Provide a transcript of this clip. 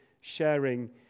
sharing